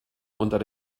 unter